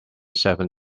seven